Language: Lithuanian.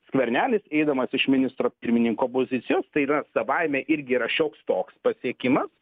skvernelis eidamas iš ministro pirmininko pozicijos tai yra savaime irgi yra šioks toks pasiekimas